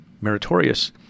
meritorious